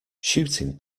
shooting